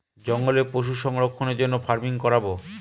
জঙ্গলে পশু সংরক্ষণের জন্য ফার্মিং করাবো